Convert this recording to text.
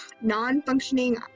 non-functioning